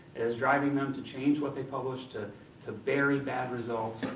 is driving them to change what they publish to to bury bad results,